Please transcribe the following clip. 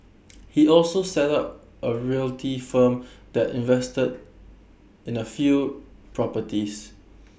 he also set up A realty firm that invested in A few properties